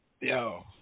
Yo